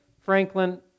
Franklin